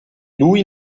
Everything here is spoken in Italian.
lui